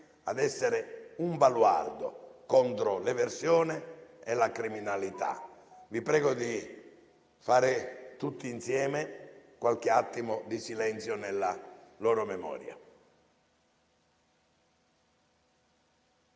ad essere un baluardo contro l'eversione e la criminalità. Vi prego di osservare tutti insieme un minuto di silenzio nella loro memoria.